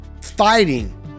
fighting